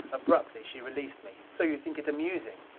abruptly she released me. so you think it amusing?